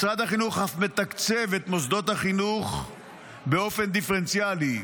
משרד החינוך אף מתקצב את מוסדות החינוך באופן דיפרנציאלי,